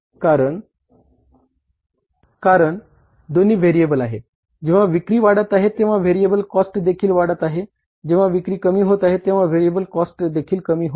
कारण दोन्ही व्हेरिएबल आहेत जेव्हा विक्री वाढत आहे तेव्हा व्हेरिएबल कॉस्ट देखील वाढत आहे आणि जेंव्हा विक्री कमी होत आहे तेंव्हा व्हेरिएबल कॉस्ट देखील कमी होत आहे